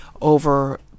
over